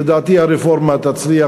לדעתי הרפורמה תצליח,